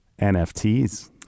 NFTs